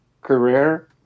career